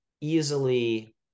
easily